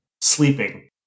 sleeping